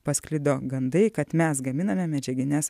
pasklido gandai kad mes gaminame medžiagines